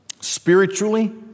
Spiritually